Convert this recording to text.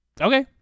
Okay